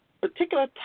particular